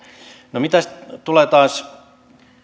no mitä tulee taas